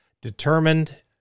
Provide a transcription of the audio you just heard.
Determined